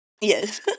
Yes